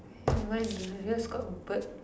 ya mine is yours got bird